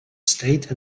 state